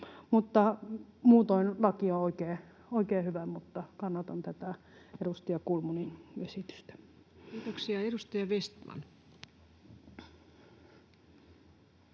Muutoin laki on oikein hyvä, mutta kannatan tätä edustaja Kulmunin esitystä. [Speech 226] Speaker: